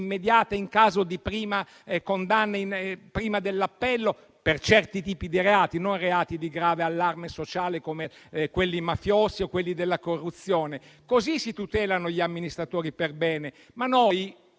in caso di condanna prima dell'appello (per certi tipi di reati, non quelli di grave allarme sociale, come quelli mafiosi o di corruzione). Così si tutelano gli amministratori perbene.